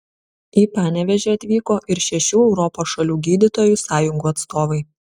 į panevėžį atvyko ir šešių europos šalių gydytojų sąjungų atstovai